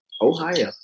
Ohio